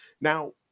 Now